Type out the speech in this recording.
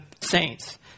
saints